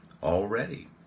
already